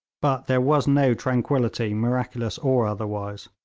but there was no tranquillity, miraculous or otherwise.